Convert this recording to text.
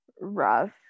rough